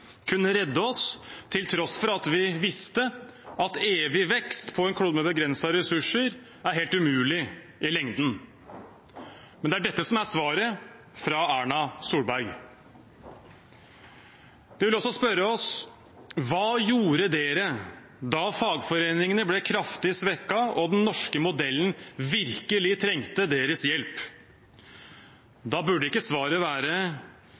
kunne redde oss, til tross for at vi visste at evig vekst på en klode med begrensede ressurser er helt umulig i lengden. Men det er dette som er svaret fra Erna Solberg. De vil også spørre oss om hva vi gjorde da fagforeningene ble kraftig svekket og den norske modellen virkelig trengte vår hjelp. Da bør ikke svaret være